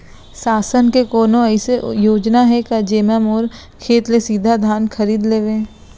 शासन के कोनो अइसे योजना हे का, जेमा मोर खेत ले सीधा धान खरीद लेवय?